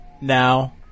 now